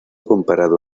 comparado